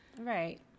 Right